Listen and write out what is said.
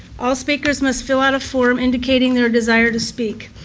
all speakers must fill out a form indicating their desire to speak.